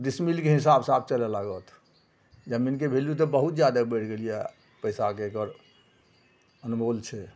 डिसमिलके हिसाबसे आब चलै लागत जमीनके वैल्यू तऽ बहुत जादे बढ़ि गेल यऽ पइसाके एकर अनमोल छै